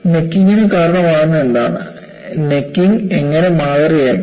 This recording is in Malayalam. നെക്കിങ്ന് കാരണമാകുന്നത് എന്താണ് നെക്കിങ് എങ്ങനെ മാതൃകയാക്കാം